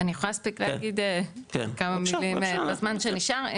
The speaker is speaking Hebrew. אני יכולה להמשיך להגיד כמה מילים בזמן שנשאר.